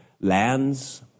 lands